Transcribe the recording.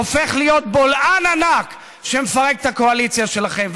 הופך להיות בולען ענק שמפרק את הקואליציה שלכם.